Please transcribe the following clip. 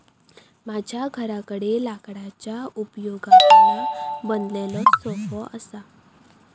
माझ्या घराकडे लाकडाच्या उपयोगातना बनवलेलो सोफो असा